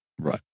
Right